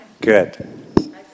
Good